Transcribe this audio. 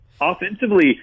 offensively